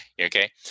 okay